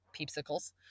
peepsicles